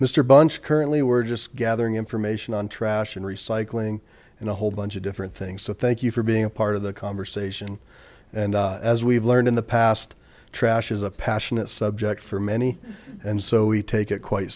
mister bunch currently we're just gathering information on trash and recycling and a whole bunch of different things so thank you for being a part of the conversation and as we've learned in the past trash is a passionate subject for many and so we take it quite